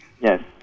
Yes